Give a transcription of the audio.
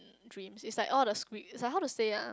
dream it's like all the how to say ah